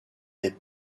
des